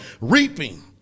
Reaping